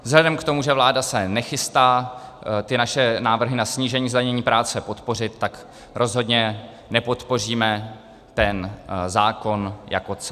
Vzhledem k tomu, že vláda se nechystá naše návrhy na snížení zdanění práce podpořit, tak rozhodně nepodpoříme zákon jako celek.